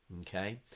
okay